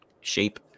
shape